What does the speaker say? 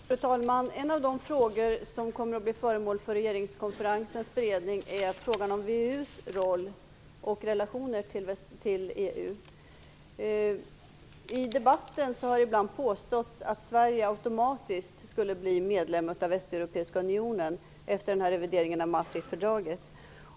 Fru talman! En av de frågor som kommer att bli föremål för regeringskonferensens beredning är frågan om VEU:s roll och dess relationer till EU. I debatten har det ibland påståtts att Sverige automatiskt skulle bli medlem av Västeuropeiska unionen, efter revideringen av Maastrichtfördraget.